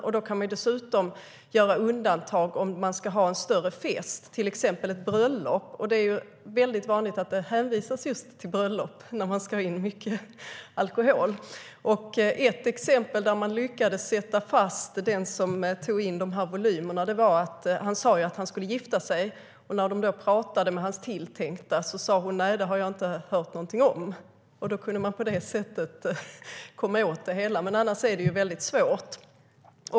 Dessutom kan det göras undantag om man ska ha en stor fest, till exempel ett bröllop. Det är vanligt att man hänvisar till just bröllop när man vill ta in mycket alkohol. I ett exempel där tullen lyckades sätta fast den som tog in stora volymer sa mannen att han skulle gifta sig, men när tullen pratade med hans tilltänkta svarade hon att hon inte hade hört något om det. På det sättet kunde man komma åt det, men annars är det svårt.